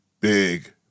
big